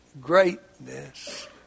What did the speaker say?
greatness